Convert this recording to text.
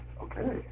Okay